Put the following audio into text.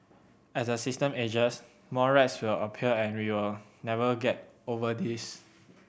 as the system ages more rats will appear and we will never get over this